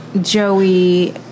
Joey